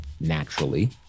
Naturally